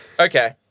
Okay